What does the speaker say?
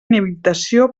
inhabilitació